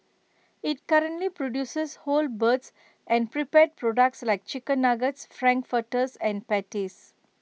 IT currently produces whole birds and prepared products like chicken Nuggets Frankfurters and patties